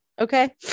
okay